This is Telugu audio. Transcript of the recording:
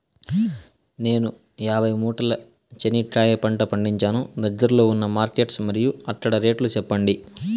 నేను యాభై మూటల చెనక్కాయ పంట పండించాను దగ్గర్లో ఉన్న మార్కెట్స్ మరియు అక్కడ రేట్లు చెప్పండి?